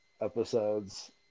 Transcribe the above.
episodes